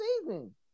season